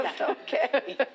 okay